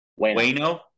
Wayno